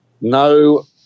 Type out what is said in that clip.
no